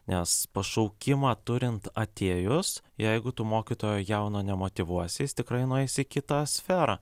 nes pašaukimą turint atėjus jeigu tu mokytojo jauno nemotyvuosi jis tikrai nueis į kitą sferą